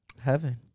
heaven